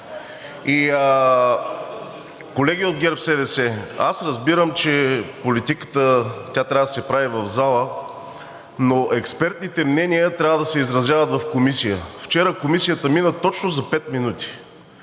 Колеги от ГЕРБ-СДС, аз разбирам, че политиката трябва да се прави в залата, но експертните мнения трябва да се изразяват в Комисията. Вчера Комисията мина точно за пет минути,